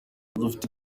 dufite